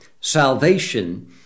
Salvation